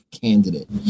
candidate